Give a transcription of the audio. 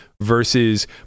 versus